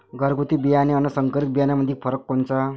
घरगुती बियाणे अन संकरीत बियाणामंदी फरक कोनचा?